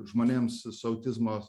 žmonėms su autizmo